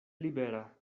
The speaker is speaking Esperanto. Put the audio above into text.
libera